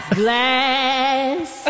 glass